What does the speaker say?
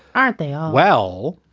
aren't they? um well,